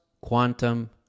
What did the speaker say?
quantum